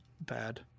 bad